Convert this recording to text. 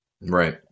Right